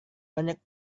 banyak